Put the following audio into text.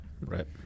right